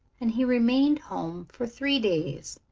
and he remained home for three days,